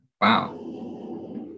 Wow